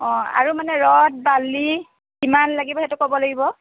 অঁ আৰু মানে ৰড বালি কিমান লাগিব সেইটো ক'ব লাগিব